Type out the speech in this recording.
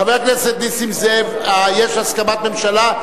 חבר הכנסת נסים זאב, יש הסכמת ממשלה.